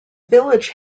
village